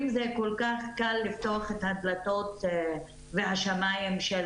אם זה כל כך קל לפתוח את דלתות השמיים של